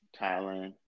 Thailand